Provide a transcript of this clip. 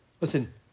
Listen